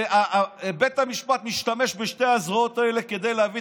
בית המשפט משתמש בשתי הזרועות האלה כדי להביא